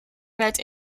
werd